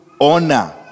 honor